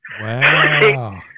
Wow